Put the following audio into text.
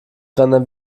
rendern